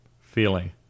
feeling